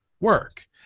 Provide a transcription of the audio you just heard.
work